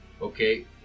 Okay